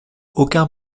aucun